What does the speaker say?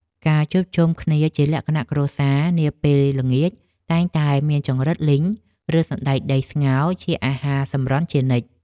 ការជួបជុំគ្នាជាលក្ខណៈគ្រួសារនាពេលល្ងាចតែងតែមានចង្រិតលីងឬសណ្តែកដីស្ងោរជាអាហារសម្រន់ជានិច្ច។